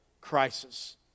crisis